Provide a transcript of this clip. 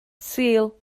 sul